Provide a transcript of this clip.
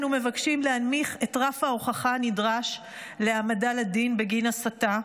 אנו מבקשים להנמיך את רף ההוכחה הנדרש להעמדה לדין בגין הסתה.